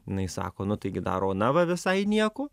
inai sako nu taigi dar ona va visai nieko